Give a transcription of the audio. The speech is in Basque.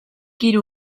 hiru